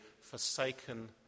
forsaken